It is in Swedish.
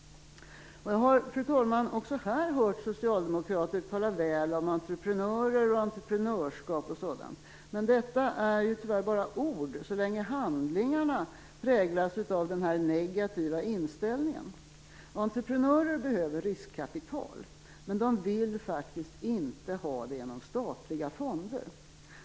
Jag har, fru talman, också här hört socialdemokrater tala väl om entreprenörer, entreprenörskap och sådant, men detta är ju tyvärr bara ord, så länge handlingarna präglas av den här negativa inställningen. Entreprenörer behöver riskkapital, men de vill faktiskt inte ha det genom statliga fonder.